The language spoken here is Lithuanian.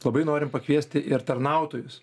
labai norim pakviesti ir tarnautojus